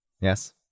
Yes